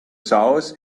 south